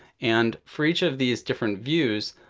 and for each of these different views,